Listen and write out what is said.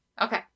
okay